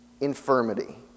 infirmity